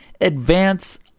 advance